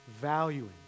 valuing